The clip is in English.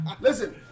Listen